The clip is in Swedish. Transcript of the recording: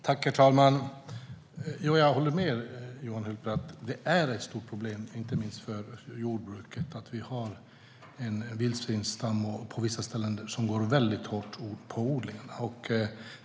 Herr talman! Jag håller med Johan Hultberg om att det är ett stort problem, inte minst för jordbruket, att vi har en vildsvinsstam som på vissa ställen går väldigt hårt åt odlingarna.